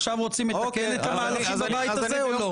עכשיו רוצים לתקן את המהלכים בבית הזה או לא?